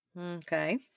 Okay